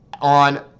on